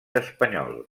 espanyol